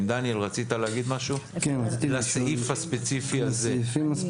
דניאל, רצית להגיד משהו לסעיף הספציפי הזה?